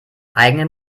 eigenen